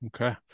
okay